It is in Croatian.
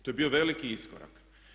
To je bio veliki iskorak.